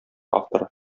авторы